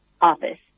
office